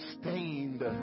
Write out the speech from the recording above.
stained